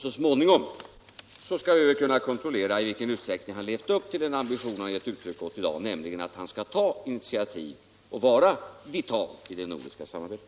Så småningom skall vi väl kunna kontrollera i vilken utsträckning han levt upp till den ambition han gett uttryck åt i dag, nämligen att han skall ta initiativ och vara vital i det nordiska samarbetet.